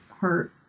hurt